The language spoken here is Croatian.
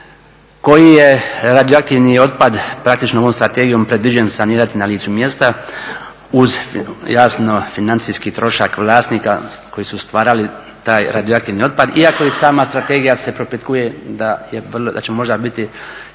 koji je radioaktivni otpad praktično ovom strategijom predviđen sanirati na licu mjesta, uz jasno financijski trošak vlasnika koji su stvarali taj radioaktivni otpad iako i sama strategija se propitkuje da će možda biti